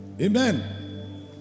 Amen